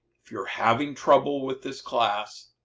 if you're having trouble with this class,